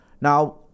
now